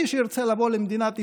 מי שירצה לבוא למדינת ישראל,